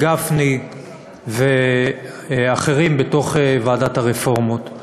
גפני ואחרים בוועדת הרפורמות,